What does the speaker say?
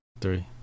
Three